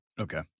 Okay